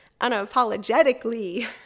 Unapologetically